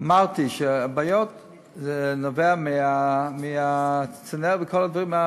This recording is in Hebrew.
אמרתי שהבעיות נובעות מהצנרת וכל הדברים,